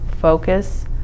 Focus